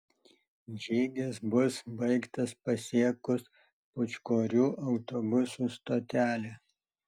žygis bus baigtas pasiekus pūčkorių autobusų stotelę